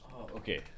okay